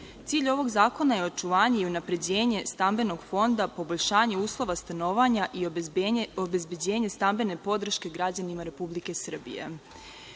Cilj ovog zakona je očuvanje i unapređenje stambenog fonda, poboljšanje uslova stanovanja i obezbeđenje stambene podrške građanima Republike Srbije. Neki